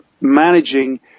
managing